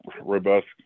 robust